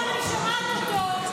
עכשיו אני שומעת אותו.